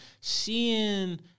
seeing